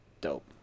Dope